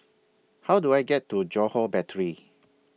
How Do I get to Johore Battery